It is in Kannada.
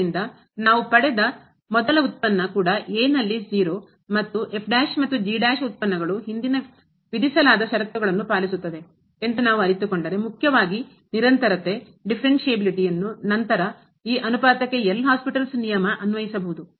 ಆದ್ದರಿಂದ ನಾವು ಪಡೆದ ಮೊದಲ ಉತ್ಪನ್ನ ಕೂಡ a ನಲ್ಲಿ 0 ಮತ್ತು ಮತ್ತು ಉತ್ಪನ್ನಗ ಹಿಂದಿನ ವಿಧಿಸಲಾದ ಷರತ್ತುಗಳನ್ನು ಪಾಲಿಸುತ್ತದೆ ಎಂದು ನಾವು ಅರಿತುಕೊಂಡರೆ ಮುಖ್ಯವಾಗಿ ನಿರಂತರತೆ ಡಿಫರೆನ್ಸ್ಬಿಲಿಟಿ differentiability ಯನ್ನು ನಂತರ ಈ ಅನುಪಾತಕ್ಕೆ L ಹಾಸ್ಪಿಟಲ್ಸ್ ನಿಯಮ ಅನ್ವಯಿಸಬಹುದು